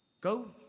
Go